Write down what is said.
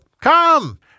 Come